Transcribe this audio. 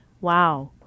Wow